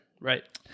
Right